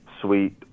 sweet